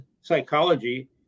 psychology